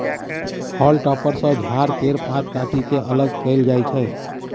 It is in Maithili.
हाउल टॉपर सँ झाड़ केर पात काटि के अलग कएल जाई छै